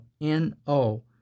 N-O